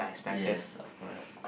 yes of course